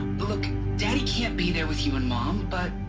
look, daddy can't be there with you and mom, but.